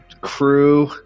crew